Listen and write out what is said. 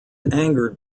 angered